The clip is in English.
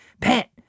Pet